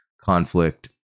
conflict